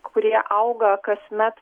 kurie auga kasmet